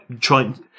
trying